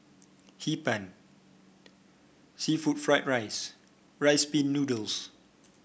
Hee Pan seafood Fried Rice Rice Pin Noodles